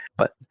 but,